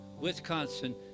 wisconsin